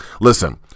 listen